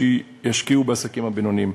שישקיעו בעסקים הבינוניים.